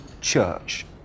church